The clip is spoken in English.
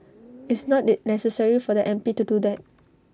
it's not the necessary for the M P to do that